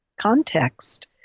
context